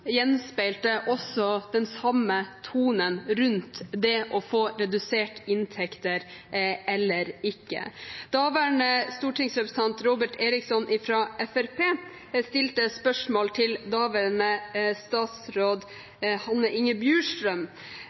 samme tonen rundt det å få reduserte inntekter eller ikke. Daværende stortingsrepresentant Robert Eriksson fra Fremskrittspartiet stilte et spørsmål til daværende statsråd Hanne Inger Bjurstrøm: